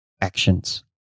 actions